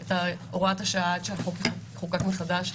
את הוראת השעה עד שהחוק יחוקק מחדש.